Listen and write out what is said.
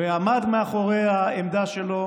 ועמד מאחורי העמדה שלו,